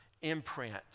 imprint